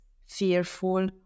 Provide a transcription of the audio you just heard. fearful